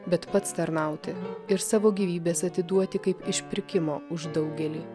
bet pats tarnauti ir savo gyvybės atiduoti kaip išpirkimo už daugelį